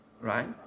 right